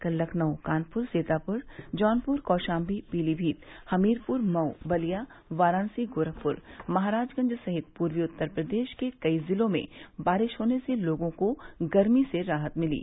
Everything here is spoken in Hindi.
कल लखनऊ कानपुर सीतापुर जौनपुर कौशाम्बी पीलीमीत हमीरपुर मऊ बलिया वाराणसी गोरखपुर महराजगंज सहित पूर्वी उत्तर प्रदेश के कई जिलों में बारिश होने से लोगों को गर्मी से राहत मिली